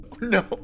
No